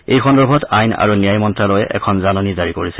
এই সন্দৰ্ভত আইন আৰু ন্যায় মন্ত্যালয়ে এখন জাননী জাৰি কৰিছে